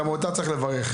גם אותה צריך לברך.